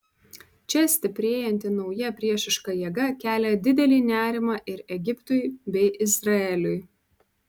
čia stiprėjanti nauja priešiška jėga kelia didelį nerimą ir egiptui bei izraeliui